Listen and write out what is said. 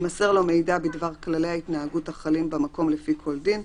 יימסר לו מידע בדבר כללי ההתנהגות החלים במקום לפי כל דין,